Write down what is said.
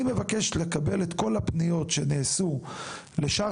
אז אני מבקש לכל את כל הפניות שנעשו לשאר